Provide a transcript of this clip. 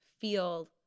feel